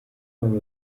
abo